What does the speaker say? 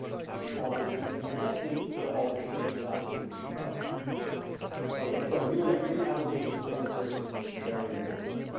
as a small business, i'm guessing that all those things are not included in your budget. yeah okay, so, doing a pre-application clearance search is very important.